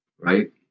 right